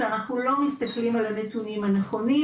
כי אנחנו לא מסתכלים על הנתונים הנכונים,